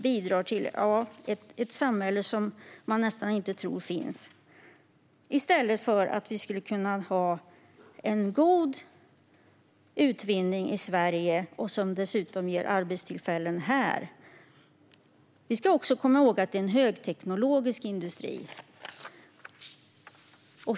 Det är ett samhälle som man knappt tror finns. I stället skulle vi kunna ha en god utvinning i Sverige som dessutom ger arbetstillfällen här. Vi ska också komma ihåg att det är en högteknologisk industri.